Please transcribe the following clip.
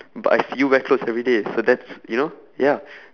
but I see you wear clothes everyday so that's you know ya